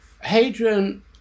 Hadrian